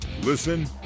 Listen